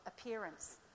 appearance